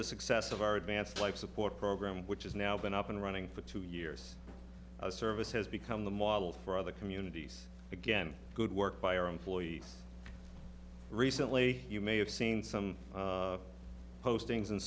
the success of our advanced life support program which is now been up and running for two years service has become the model for other communities again good work by our employees recently you may have seen some postings